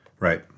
Right